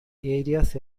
areas